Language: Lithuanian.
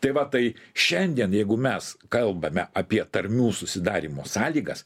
tai va tai šiandien jeigu mes kalbame apie tarmių susidarymo sąlygas